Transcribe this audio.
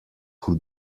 who